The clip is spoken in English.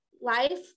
life